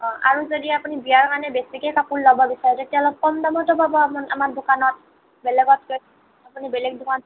অঁ আৰু যদি আপুনি বিয়াৰ কাৰণে বেছিকৈ কাপোৰ ল'ব বিচাৰে তেতিয়া অলপ কম দামতে পাব আমাৰ দোকানত বেলেগতকৈ আপুনি বেলেগ দোকানত